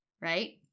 right